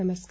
नमस्कार